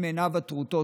בעיניו הטרוטות,